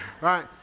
Right